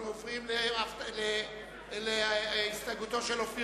אנחנו עוברים להצבעה על הסתייגותו של חבר